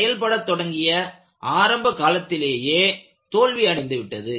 செயல்பட தொடங்கிய ஆரம்ப காலத்திலேயே தோல்வி அடைந்துவிட்டது